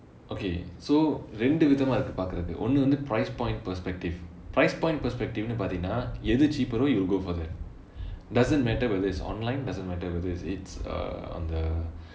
okay so இரண்டு விதமா இருக்குது பாக்குறது ஒன்னு வந்து:rendu vithamaa irukkuthu paakurathu onnu vanthu price point perspective price point perspective னு பார்த்திங்கனா எது:nu paarthinganaa ethu cheaper ரோ:ro you will go for that doesn't matter whether it's online doesn't matter whether it's it's err on the